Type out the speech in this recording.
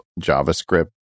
JavaScript